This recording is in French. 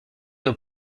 nos